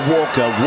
Walker